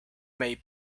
may